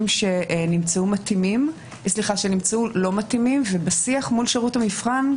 שנמצאו לא מתאימים ובשיח מול שירות המבחן,